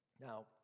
Now